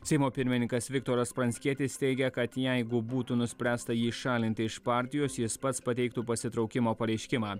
seimo pirmininkas viktoras pranckietis teigia kad jeigu būtų nuspręsta jį šalinti iš partijos jis pats pateiktų pasitraukimo pareiškimą